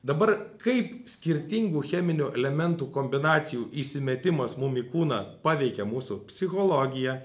dabar kaip skirtingų cheminių elementų kombinacijų įsimetimas mum į kūną paveikia mūsų psichologiją